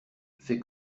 fais